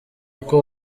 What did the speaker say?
uko